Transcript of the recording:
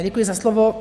Děkuji za slovo.